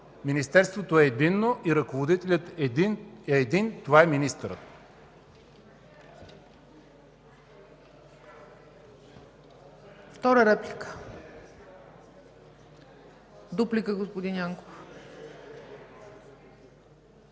Министерството е единно и ръководителят е един – това е министърът.